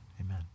Amen